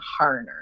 Harner